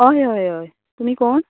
हय हय हय तुमी कोण